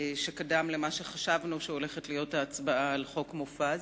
שקדם למה שחשבנו שהולכת להיות ההצבעה על חוק מופז.